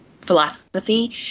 philosophy